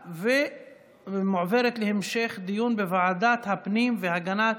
ומועברת להמשך דיון בוועדת הפנים והגנת